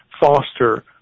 foster